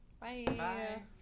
Bye